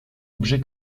objet